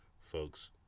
folks